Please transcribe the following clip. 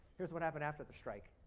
here's what happened after the strike?